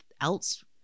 else